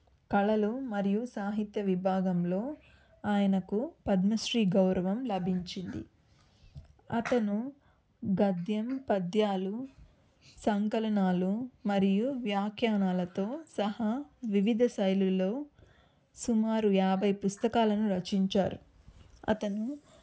కళలు మరియు సాహిత్య విభాగంలో ఆయనకు పద్మశ్రీ గౌరవం లభించింది అతను గద్యం పద్యాలు సంకలనాలు మరియు వ్యాఖ్యానాలతో సహా వివిధ సైలులు సుమారు యాభై పుస్తకాలను రచించారు అతను